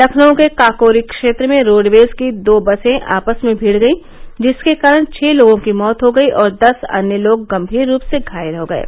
लखनऊ के काकोरी क्षेत्र में रोडवेज की दो बर्से आपस में भिड़ गयीं जिसके कारण छः लोगों की मौत हो गयी और दस अन्य लोग गम्भीर रूप से घायल हो गये